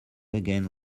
again